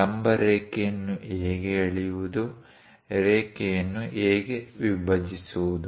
ಲಂಬ ರೇಖೆಯನ್ನು ಹೇಗೆ ಎಳೆಯುವುದು ರೇಖೆಯನ್ನು ಹೇಗೆ ವಿಭಜಿಸುವುದು